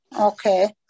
Okay